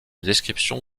description